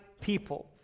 people